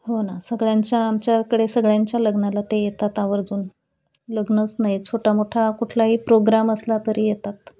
हो ना सगळ्यांच्या आमच्याकडे सगळ्यांच्या लग्नाला ते येतात आवर्जून लग्नच नाही छोटा मोठा कुठलाही प्रोग्राम असला तरी येतात